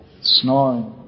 snoring